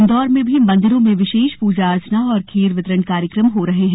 इन्दौर में भी मंदिरों में विशेष पूजा अर्चना और खीर वितरण कार्यकम हो रहे हैं